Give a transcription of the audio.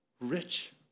rich